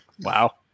wow